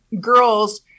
girls